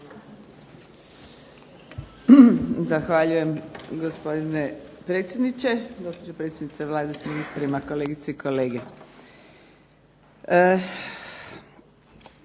poštovani gospodine predsjedniče, poštovana predsjednice Vlade, ministri, kolegice i kolege.